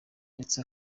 ndetse